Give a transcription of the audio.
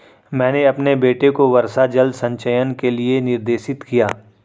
मैंने अपने बेटे को वर्षा जल संचयन के लिए निर्देशित किया